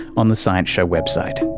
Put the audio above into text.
on the science show website